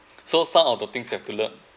so some of the things have to learn